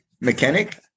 Mechanic